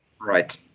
Right